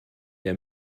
der